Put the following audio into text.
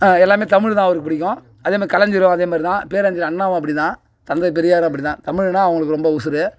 எல்லாமே தமிழ் தான் அவருக்கு பிடிக்கும் அதே மாதிரி கலைஞரும் அதே மாதிரி தான் பேரறிஞர் அண்ணாவும் அப்படி தான் தந்தை பெரியாரும் அப்படி தான் தமிழுன்னா அவங்களுக்கு ரொம்ப உசுர்